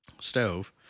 stove